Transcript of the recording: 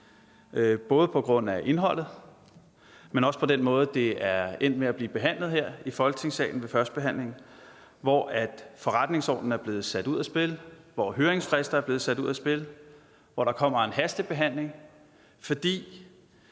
både på grund af indholdet, men også på grund af den måde, det er endt med at blive behandlet på, hvor forretningsordnen her ved førstebehandlingen er sat ud af spil, hvor høringsfrister er blevet sat ud af spil, og hvor der er kommet en hastebehandling, fordi